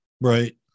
Right